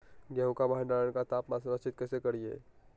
गेहूं का भंडारण का तापमान सुनिश्चित कैसे करिये?